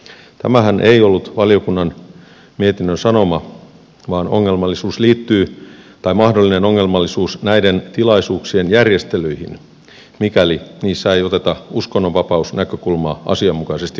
tämähän ei ollut valiokunnan mietinnön sanoma vaan ongelmallisuus tai mahdollinen ongelmallisuus liittyy näiden tilaisuuksien järjestelyihin mikäli niissä ei oteta uskonnonvapausnäkökulmaa asianmukaisesti huomioon